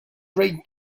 red